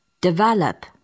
develop